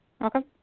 welcome